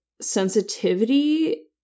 sensitivity